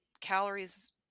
calories